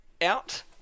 out